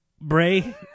Bray